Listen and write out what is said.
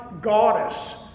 goddess